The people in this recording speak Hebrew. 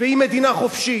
והיא מדינה חופשית.